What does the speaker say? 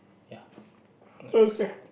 ya works